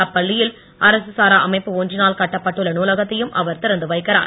அப்பள்ளியில் அரசு சாரா அமைப்பு ஒன்றினால் கட்டப்பட்டுள்ள நூலகத்தையும் அவர் திறந்து வைக்கிறார்